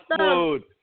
food